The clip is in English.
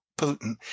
Putin